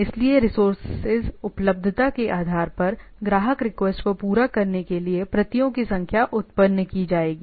इसलिए रिसोर्सेज उपलब्धता के आधार पर ग्राहक रिक्वेस्ट को पूरा करने के लिए प्रतियों की संख्या उत्पन्न की जाएगी